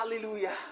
Hallelujah